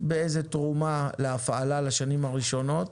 באיזו תרומה להפעלה בשנים הראשונות,